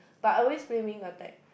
but I always play wing attack